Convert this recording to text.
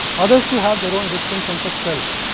others too have their own distinct sense of self,